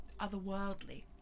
otherworldly